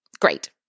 great